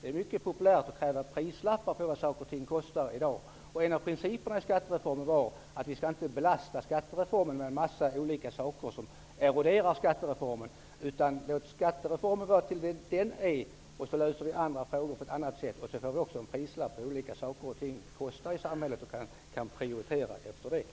Det är ju mycket populärt i dag att kräva prislappar på saker och ting. En princip i skattereformen var ju att vi inte skall belasta skattereformen med en mängd olika saker som eroderar skattereformen. Låt skattereformen i stället användas till vad den är avsedd för! Sedan får vi lösa andra frågor på ett annat sätt och så får vi prislappar som visar vad saker och ting i samhället kostar. Därefter får vi sedan prioritera.